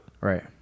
Right